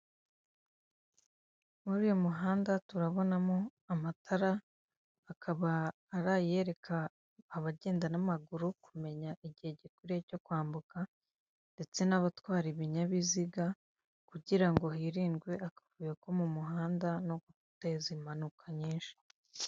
Muri uyu muhanda turabonamo amatara akaba arayereka abagenda n'amaguru, kumenya igihe gikwiriye cyo kwambuka ndetse n'abatwara ibinyabiziga kugira ngo hirindwe akavuyo ko mu muhanda no guteza impanuka nyinshi.